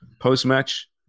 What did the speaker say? post-match